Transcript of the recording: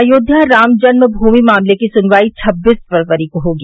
अयोध्या राम जन्मभूमि मामले की सुनवाई छब्बीस फरवरी को होगी